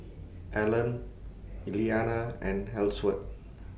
Allan Elliana and Ellsworth